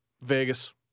Vegas